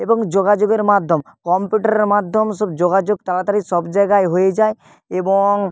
এবং যোগাযোগের মাধ্যম কম্পিউটারেরর মাধ্যম সব যোগাযোগ তাড়াতাড়ি সব জায়গায় হয়ে যায় এবং